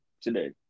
today